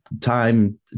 time